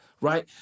right